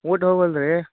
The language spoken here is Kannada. ಊಟ ಹೋಗಲ್ಲ ರೀ